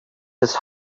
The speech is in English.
his